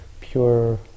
pure